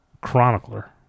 chronicler